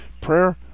Prayer